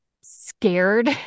scared